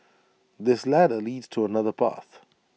this ladder leads to another path